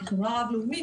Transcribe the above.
כחברה רב-לאומית,